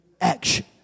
action